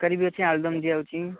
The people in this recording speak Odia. ତରକାରୀ ବି ଅଛି ଆଳୁଦମ୍ ଦିଆହେଉଛି